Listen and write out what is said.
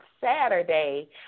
Saturday